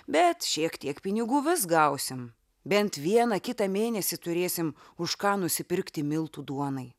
bet šiek tiek pinigų vis gausim bent vieną kitą mėnesį turėsim už ką nusipirkti miltų duonai